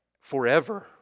forever